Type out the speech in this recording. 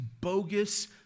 bogus